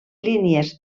línies